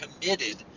committed